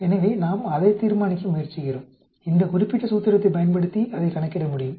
எனவே நாம் அதை தீர்மானிக்க முயற்சிக்கிறோம் இந்த குறிப்பிட்ட சூத்திரத்தைப் பயன்படுத்தி அதைக் கணக்கிட முடியும்